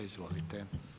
Izvolite.